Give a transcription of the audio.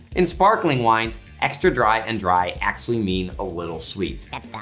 in sparkling wines extra dry and dry actually mean a little sweet. um